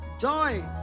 Joy